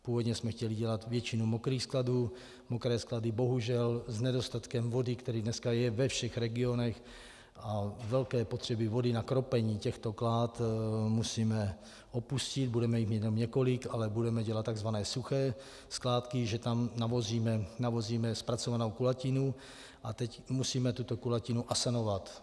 Původně jsme chtěli dělat většinu mokrých skladů, mokré sklady bohužel s nedostatkem vody, který dneska je ve všech regionech, a velké potřeby vody na kropení těchto klád musíme opustit, budeme jich mít jenom několik, ale budeme dělat tzv. suché skládky, že tam navozíme zpracovanou kulatinu, a teď musíme tuto kulatinu asanovat.